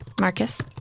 Marcus